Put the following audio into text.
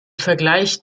vergleich